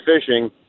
fishing